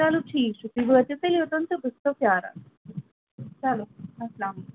چَلو ٹھیٖک چھُ تُہۍ وٲتِو تیٚلہِ یوٚتانۍ تہٕ بہٕ چھَسو پرٛاران چَلو اسلامُ علیکُم